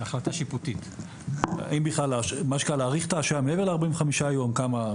זו החלטה שיפוטית האם להאריך את ההשעיה מעבר ל-45 יום וכמה.